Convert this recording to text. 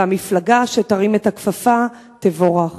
והמפלגה שתרים את הכפפה תבורך".